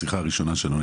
בשיחה הראשונה שלנו,